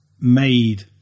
made